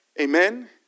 Amen